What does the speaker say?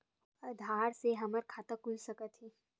आधार से हमर खाता खुल सकत हे?